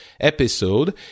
episode